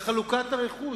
לחלוקת הרכוש,